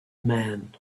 man